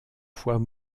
fois